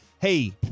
hey